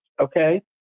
Okay